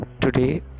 Today